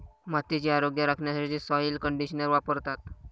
मातीचे आरोग्य राखण्यासाठी सॉइल कंडिशनर वापरतात